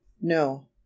no